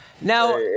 now